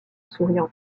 souriant